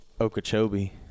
okeechobee